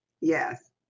Yes